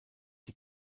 die